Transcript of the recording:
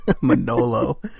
Manolo